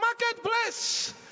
marketplace